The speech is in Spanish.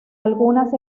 algunas